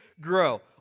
grow